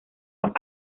los